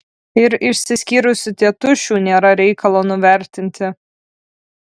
ir išsiskyrusių tėtušių nėra reikalo nuvertinti